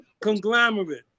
conglomerate